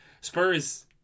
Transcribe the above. Spurs